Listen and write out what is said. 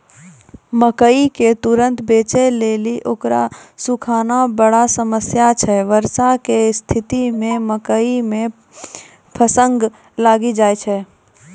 मकई के तुरन्त बेचे लेली उकरा सुखाना बड़ा समस्या छैय वर्षा के स्तिथि मे मकई मे फंगस लागि जाय छैय?